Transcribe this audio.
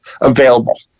available